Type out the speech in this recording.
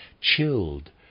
chilled